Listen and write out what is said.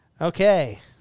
Okay